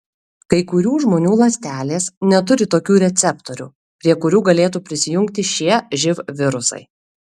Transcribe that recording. kai kurių žmonių ląstelės neturi tokių receptorių prie kurių galėtų prisijungti šie živ virusai